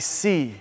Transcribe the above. see